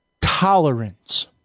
tolerance